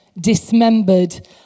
dismembered